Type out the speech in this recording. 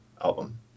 album